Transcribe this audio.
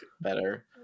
better